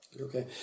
Okay